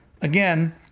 again